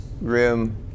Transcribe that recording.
room